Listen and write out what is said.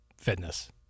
Fitness